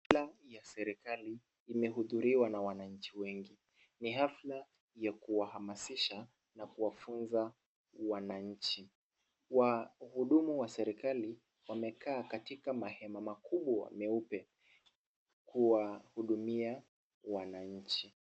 Hafla ya serikali imehudhuriwa na wananchi wengi. Ni hafla ya kuwahamasisha na kuwafunza wananchi. Wahudumu wa serikali wamekaa katika mahema makubwa meupe kuwahudumia wananchi.